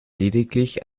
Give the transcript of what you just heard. lediglich